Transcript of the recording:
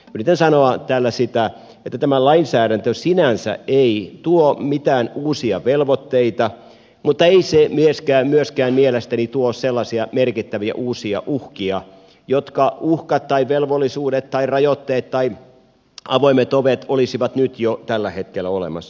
yritän sanoa tällä sitä että tämä lainsäädäntö sinänsä ei tuo mitään uusia velvoitteita mutta ei se myöskään mielestäni tuo sellaisia merkittäviä uusia uhkia velvollisuuksia rajoitteita tai avoimia ovia joita ei olisi nyt jo tällä hetkellä olemassa